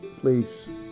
please